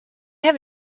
have